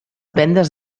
vendes